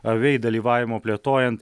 avei dalyvavimo plėtojant